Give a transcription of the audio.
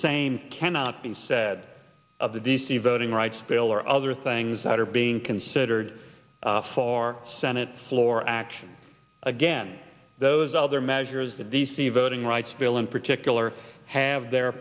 same cannot be said of the d c voting rights bill or other things that are being considered far senate floor action again those other measures that the see voting rights bill in particular have the